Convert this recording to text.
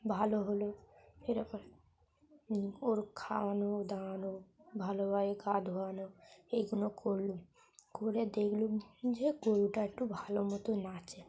ভালো হলো এরকম ওর খাওয়ানো দাওয়ানো ভালোভাবে গা ধোয়ানো এইগুলো করলাম করে দেখলাম যে গরুটা একটু ভালো মতো আছে